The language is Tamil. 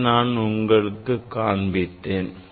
இதை நான் உங்களுக்குக் காண்பித்தேன்